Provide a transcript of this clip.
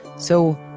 so,